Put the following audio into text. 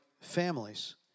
families